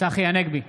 צחי הנגבי,